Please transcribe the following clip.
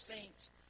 saints